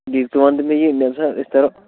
بیٚیہِ ژٕ ونتہٕ مےٚ یہِ مےٚ باسان أسۍ ترَو